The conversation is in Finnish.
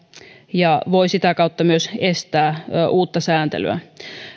ja voi sitä kautta myös estää uutta sääntelyä